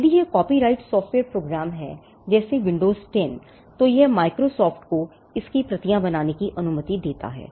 यदि यह एक कॉपीराइट सॉफ्टवेयर प्रोग्राम है जैसे विंडोज 10 तो यह Microsoft को इसकी कई प्रतियां बनाने की अनुमति देता है